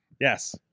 Yes